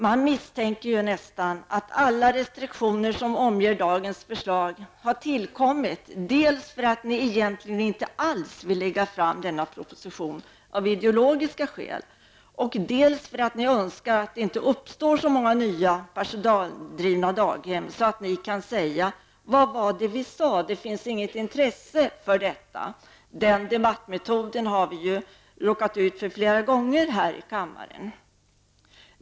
Man misstänker nästan att alla restriktioner som omger dagens förslag har tillkommit dels därför att ni av ideologiska skäl egentligen inte alls vill lägga fram denna proposition, och dels därför att ni önskar att det inte skall uppstå så många nya personaldrivna daghem, så att ni sedan kan säga: Vad var det vi sa? Det finns inget intresse för detta! Den debattmetoden har vi råkat ut för flera gånger här i kammaren.